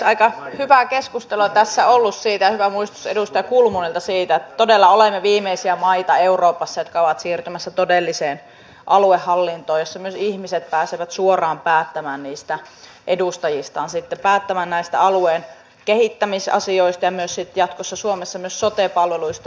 aika hyvää keskustelua tässä on ollut siitä ja hyvä muistutus edustaja kulmunilta siitä että todella olemme viimeisiä maita euroopassa jotka ovat siirtymässä todelliseen aluehallintoon jossa myös ihmiset pääsevät suoraan päättämään niistä edustajistaan sitten päättämään näistä alueen kehittämisasioista ja myös sitten jatkossa suomessa myös sote palveluista